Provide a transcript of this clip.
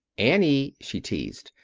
annie, she teased,